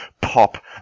pop